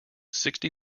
sixty